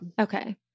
Okay